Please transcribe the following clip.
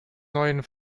neuen